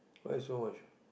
why so much